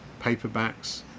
paperbacks